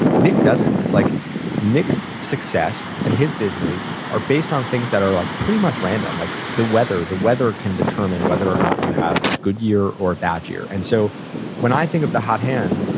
nick doesn't, like nick's success and his business are based on things that are like pretty much random, like the weather, the weather can determine whether or not you have a good year or a bad year. and so when i think of the hot hand,